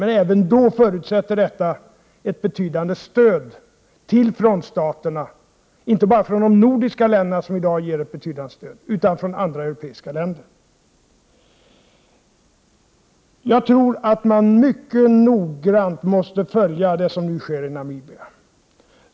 Men även då förutsätter detta ett betydande stöd till frontstaterna, inte bara från de nordiska länderna, som i dag ger ett betydande stöd, utan även från andra europeiska länder. Jag tror att man mycket noggrant måste följa det som nu sker i Namibia.